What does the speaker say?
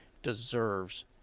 Deserves